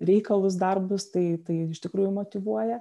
reikalus darbus tai tai iš tikrųjų motyvuoja